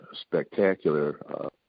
spectacular